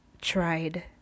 tried